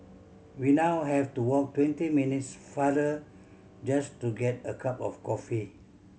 we now have to walk twenty minutes farther just to get a cup of coffee